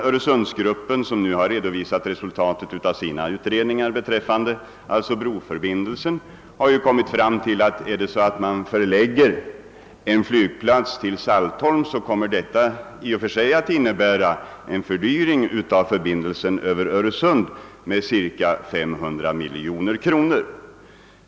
Öresundsgruppen har nu redovisat resultatet av sina utredningar om broförbindelsen och kommit fram till att en förläggning av storflygplatsen till Saltholm skulle innebära en fördyring av förbindelsen över Öresund med cirka 500 miljoner kronor.